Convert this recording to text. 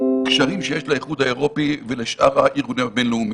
הקשרים שיש לאיחוד האירופי לשאר הארגונים הבין-לאומיים,